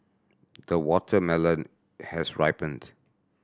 the watermelon has ripened